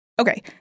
Okay